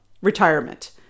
retirement